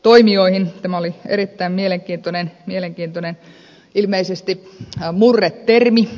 tämä oli erittäin mielenkiintoinen ilmeisesti murretermi